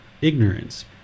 ignorance